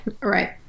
right